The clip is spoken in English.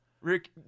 Rick